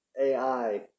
AI